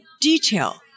detail